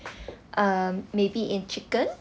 um maybe in chicken